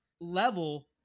level